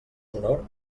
sonor